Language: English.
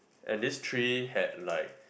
and this tree had like